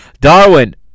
Darwin